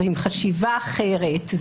זה עם חשיבה אחרת,